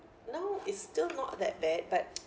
now is still not that bad but